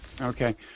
Okay